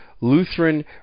Lutheran